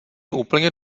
úplně